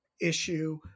issue